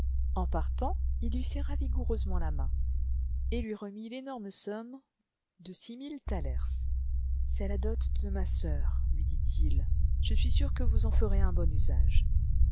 en partant il lui serra vigoureusement la main et lui remit l'énorme somme de six mille thalers c'est la dot de ma sœur lui dit-il je suis sûr que vous en ferez un bon usage